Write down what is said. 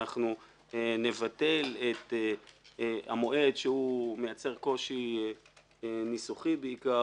אנחנו נבטל את המועד שהוא מייצר קושי ניסוחי בעיקר,